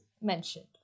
mentioned